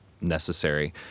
necessary